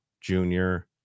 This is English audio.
junior